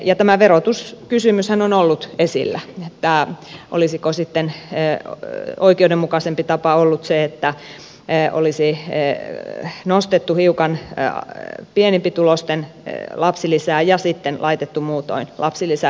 ja tämä verotuskysymyshän on ollut esillä että olisiko sitten oikeudenmukaisempi tapa ollut se että olisi nostettu hiukan pienempituloisten lapsilisää ja sitten laitettu muutoin lapsilisä verotettavaksi tuloksi